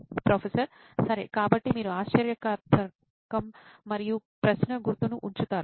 professor సరే కాబట్టి మీరు ఆశ్చర్యార్థకం మరియు ప్రశ్న గుర్తును ఉంచుతారు సరే